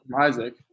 Isaac